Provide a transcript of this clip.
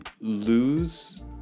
lose